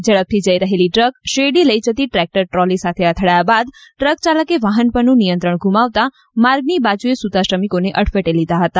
ઝડપથી જઇ રહેલી ટ્રક શેરડી લઇ જતી ટ્રેકટર ટ્રોલી સાથે અથડાયા બાદ ટ્રક ચાલકે વાહન પરનું નિયંત્રણ ગુમાવતાં માર્ગની બાજુએ સુતા શ્રમિકોને અડફેટે લીધા હતા